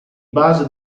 base